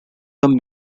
term